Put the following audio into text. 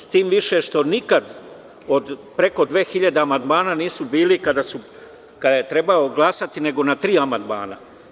S tim više, što nikad od preko 2000 amandmana nisu bili kada je trebalo glasati, nego na tri amandmana.